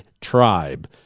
tribe